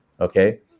okay